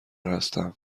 هستم